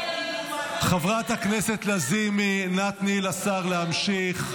--- חברת הכנסת לזימי, אנא תני לשר להמשיך.